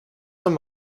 hem